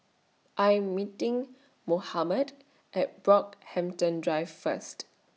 I Am meeting Mohamed At Brockhampton Drive First